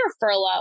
furlough